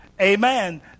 amen